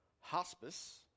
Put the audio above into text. hospice